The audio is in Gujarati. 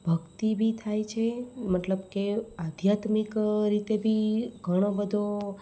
ભક્તિ બી થાય છે મતલબ કે આધાયમિક રીતે ભી ઘણોબધો